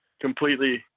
completely